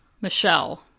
Michelle